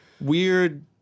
weird